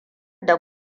da